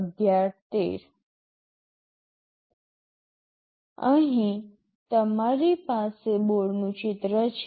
અહીં તમારી પાસે બોર્ડનું ચિત્ર છે